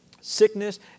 Sickness